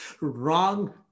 wrong